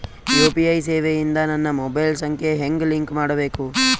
UPI ಸೇವೆ ಇಂದ ನನ್ನ ಮೊಬೈಲ್ ಸಂಖ್ಯೆ ಹೆಂಗ್ ಲಿಂಕ್ ಮಾಡಬೇಕು?